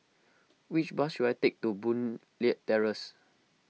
which bus should I take to Boon Leat Terrace